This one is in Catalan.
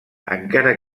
encara